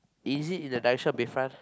is it in the direction of Bayfront